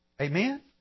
Amen